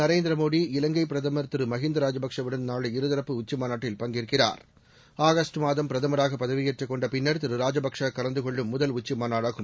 நரேந்திர மோடி இலங்கை பிரதமர் மஹிந்தா ராஜபக்சேவுடன் நாளை இருதரப்பு உச்சி மாநாட்டில் பங்கேற்கிறார் ஆகஸ்டு மாதம் பிரதமராக பதவியேற்றக் கொண்ட பின்னர் திரு ராஜபக்சே கலந்து கொள்ளும் முதல் உச்சி மாநாடாகும்